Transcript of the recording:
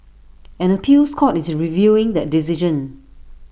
an appeals court is reviewing that decision